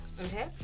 okay